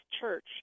church